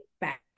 back